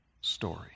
story